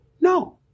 no